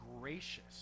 gracious